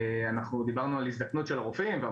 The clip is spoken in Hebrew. אנחנו דיברנו על הזדקנות של הרופאים ועל